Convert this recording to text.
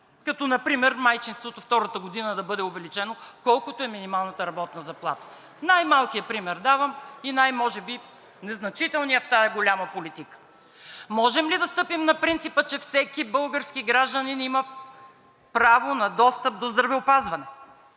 като например майчинството втората година да бъде увеличено колкото е минималната работна заплата. Давам най-малкия пример и може би най-незначителния в тази политика. Можем ли да стъпим на принципа, че всеки български гражданин има право на достъп до здравеопазване?